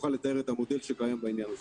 יוכל לתאר את המודל שקיים בעניין הזה.